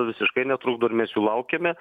visiškai netrukdo ir mes jų laukiame